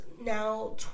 now